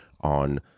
on